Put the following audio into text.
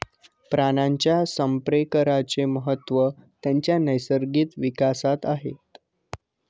प्राण्यांच्या संप्रेरकांचे महत्त्व त्यांच्या नैसर्गिक विकासात आहे